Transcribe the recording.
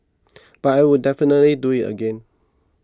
but I would definitely do it again